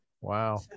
Wow